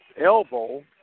elbow